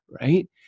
right